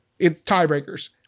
tiebreakers